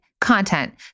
content